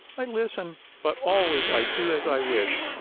i listen, but always i do as i wish.